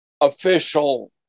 official